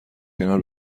کنار